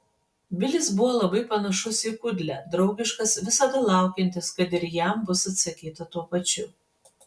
bilis buvo labai panašus į kudlę draugiškas visada laukiantis kad ir jam bus atsakyta tuo pačiu